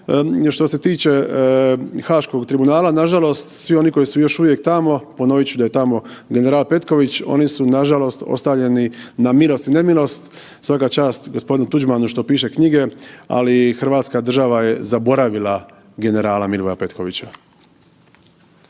Što se tiče Haškog tribunala, nažalost svi oni koji su još uvijek tamo, ponovit ću da je tamo general Petković oni su nažalost ostavljeni na milost i nemilost. Svaka čast gospodinu Tuđmanu što piše knjige, ali Hrvatska država je zaboravila generala Milivoja Petkovića.